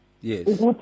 Yes